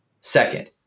Second